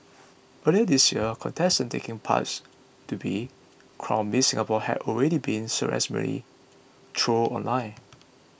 earlier this year contestants taking parts to be crowned Miss Singapore had already been ceremoniously trolled online